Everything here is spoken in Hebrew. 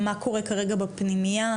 מה קורה כרגע בפנימייה